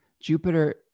Jupiter